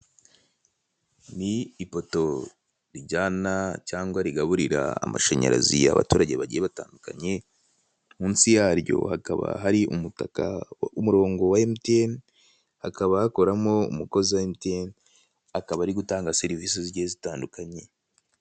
Ni ipoto rijyana cyangwa rigaburira amashanyarazi abaturage bagiye batandukanye, munsi yaryo hakaba hari umutaka umurongo wa emutiyene. Hakaba hakoramo umukozi wa emutiyene akaba ari gutanga serivise zigiye zitandukanye.